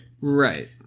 Right